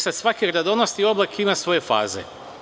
Svaki gradonosni oblak ima svoje faze.